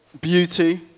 beauty